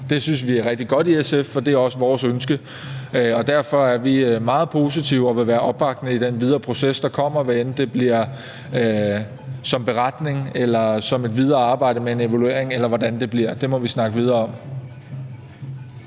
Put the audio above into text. Det synes vi i SF er rigtig godt, for det er også vores ønske. Derfor er vi meget positive og vil være opbakkende i den videre proces, der kommer, hvad enten det bliver som beretning eller som et videre arbejde med en evaluering, eller hvordan det bliver. Det må vi snakke videre om.